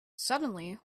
suddenly